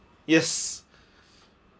yes